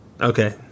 Okay